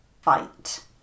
fight